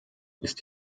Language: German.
ist